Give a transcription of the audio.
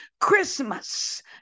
Christmas